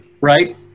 Right